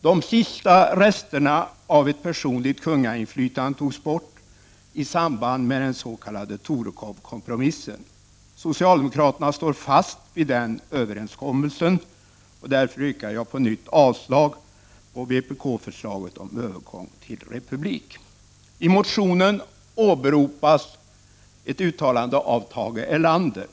De sista resterna av ett personligt kungainflytande togs bort i samband med den s.k. Torekovkompromissen. Socialdemokraterna står fast vid den överenskommelsen. Därför yrkar jag på nytt avslag på vpk-förslaget om övergång till republik. I motionen åberopas ett uttalande av Tage Erlander.